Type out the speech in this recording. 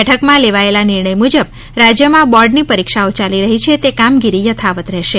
બેઠકમાં લેવાયેલા નિર્ણય મુજબ રાજયમાં બોર્ડ ની પરીક્ષાઓ યાલી રહી છે તે કામગીરી યથાવત રહેશે